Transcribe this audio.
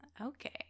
okay